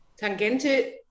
Tangente